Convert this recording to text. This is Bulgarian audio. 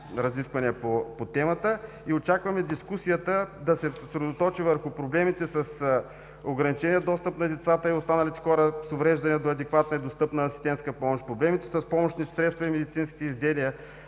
ГЕОРГИ ГЬОКОВ: Очакваме дискусията да се съсредоточи върху проблемите с ограничения достъп на децата и останалите хора с увреждания до адекватна и достъпна асистентска помощ, проблемите с помощни средства и медицински изделия,